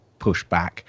pushback